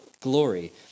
glory